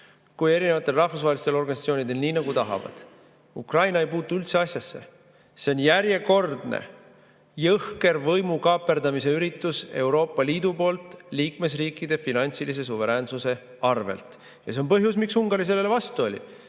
kui ka rahvusvahelistel organisatsioonidel, nii nagu nad tahavad. Ukraina ei puutu üldse asjasse. See on järjekordne jõhker võimu kaaperdamise üritus Euroopa Liidu poolt liikmesriikide finantsilise suveräänsuse arvel. See on põhjus, miks Ungari sellele vastu oli.